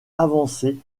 avancer